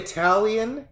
Italian